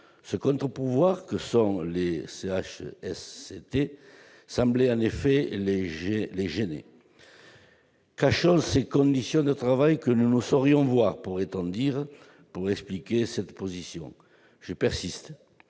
Le contre-pouvoir que constituent les CHSCT semblait en effet les gêner. « Cachons ces conditions de travail que nous ne saurions voir !», pourrait-on dire pour expliquer cette position ... Je persiste